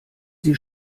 sie